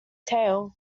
tail